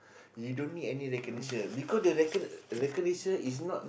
you don't need any recognition because the recognition recognition is not